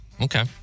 Okay